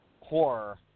horror